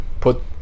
put